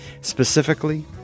Specifically